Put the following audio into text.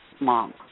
mom